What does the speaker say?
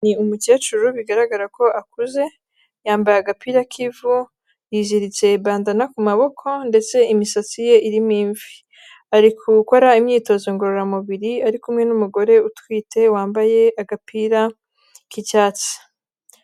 Ni umukecuru bigaragara ko akuze, yambaye agapira k'ivu, yiziritse bandana ku maboko, ndetse imisatsi ye irimo imvi. Ari gukora imyitozo ngororamubiri, ari kumwe n'umugore utwite, wambaye agapira k'icyatsi.